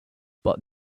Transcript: but